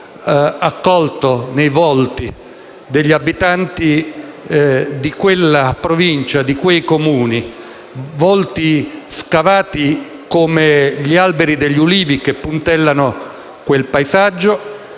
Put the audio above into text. ha colto nei volti degli abitanti di quella Provincia e di quei Comuni, volti scavati come gli alberi degli ulivi che puntellano quel paesaggio